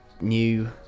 new